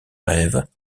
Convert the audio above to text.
rêves